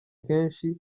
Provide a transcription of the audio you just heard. kenshi